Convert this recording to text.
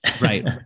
Right